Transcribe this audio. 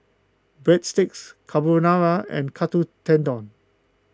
Breadsticks Carbonara and Katsu Tendon